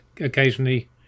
occasionally